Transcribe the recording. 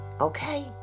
Okay